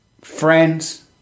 friends